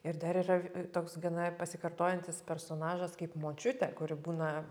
ir dar yra toks gana pasikartojantis personažas kaip močiutė kuri būna